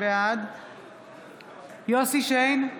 בעד יוסף שיין,